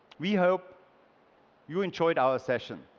we hope you enjoyed our session.